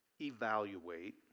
evaluate